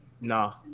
No